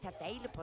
available